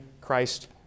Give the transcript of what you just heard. Christ